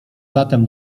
zatem